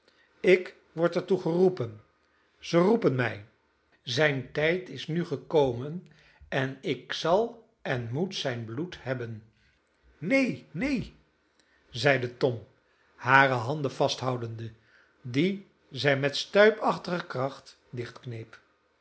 ik word er toe geroepen zij roepen mij zijn tijd is nu gekomen en ik zal en moet zijn bloed hebben neen neen neen zeide tom hare handen vasthoudende die zij met stuipachtige kracht dichtkneep